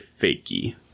fakie